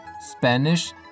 Spanish